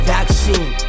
Vaccine